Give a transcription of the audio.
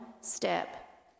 step